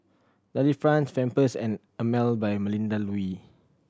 Delifrance Pampers and Emel by Melinda Looi